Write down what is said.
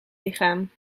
lichaam